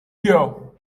cure